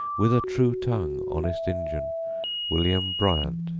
with a true tongue, honest injun william bryan,